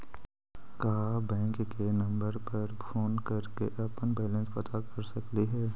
का बैंक के नंबर पर फोन कर के अपन बैलेंस पता कर सकली हे?